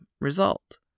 result